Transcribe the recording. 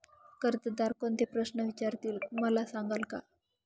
कर्जदार कोणते प्रश्न विचारतील, मला सांगाल का?